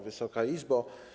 Wysoka Izbo!